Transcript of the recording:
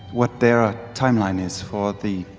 what their ah timeline is for the,